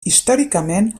històricament